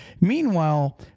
Meanwhile